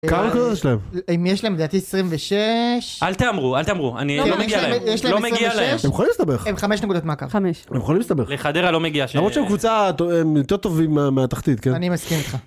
כמה נקודות יש להם? אם יש להם לדעתי 26... אל תהמרו, אל תהמרו, אני, לא מגיע להם. לא מגיע להם. הם יכולים להסתבך. הם 5 נקודות מהקו. 5. הם יכולים להסתבך. לחדרה לא מגיע. למרות שהם קבוצה יותר טובים מהתחתית, כן? אני מסכים איתך.